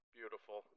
beautiful